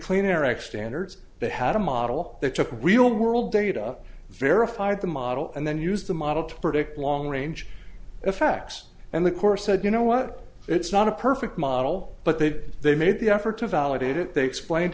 act standards they had a model that took a real world data verified the model and then use the model to predict long range effects and the course said you know what it's not a perfect model but they did they made the effort to validate it they explained